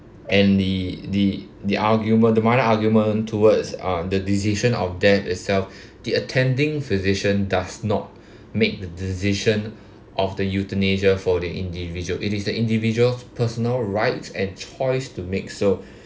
and the the the argument the minor argument towards uh the decision of death itself the attending physician does not make the decision of the euthanasia for the individual it is the individual's personal rights and choice to make so